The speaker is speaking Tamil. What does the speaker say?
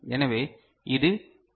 எனவே இது பி